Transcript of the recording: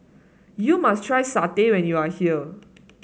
you must try satay when you are here